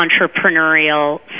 entrepreneurial